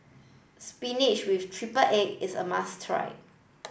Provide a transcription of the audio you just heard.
spinach with triple egg is a must try